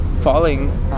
falling